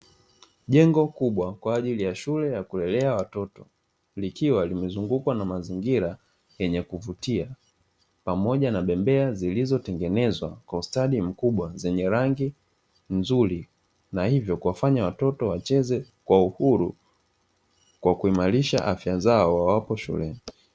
Jengo kubwa kwajili ya shule ya kulelea watoto, likiwa limezungukwa na mazingira yenye kuvutia pamoja na bembea zilizotengenezwa kwa ustadi mkubwa, zenye rangi nzuri na hivyo kuwafanya watoto wacheze kwa uhuru kwa kuhimarisha afya zao wawapo shuleni.